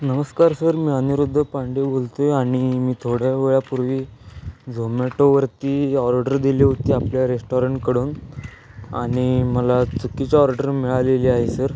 नमस्कार सर मी अनिरुद्ध पांडे बोलतो आहे आणि मी थोड्या वेळापूर्वी झोमॅटोवरती ऑर्डर दिली होती आपल्या रेस्टॉरंटकडून आणि मला चुकीची ऑर्डर मिळालेली आहे सर